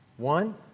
One